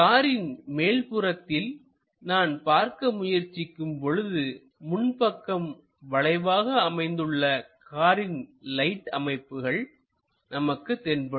காரின் மேல்புறத்தில் நான் பார்க்க முயற்சிக்கும் பொழுது முன்பக்கம் வளைவாக அமைந்துள்ள காரின் லைட் அமைப்புகள் நமக்கு தென்படும்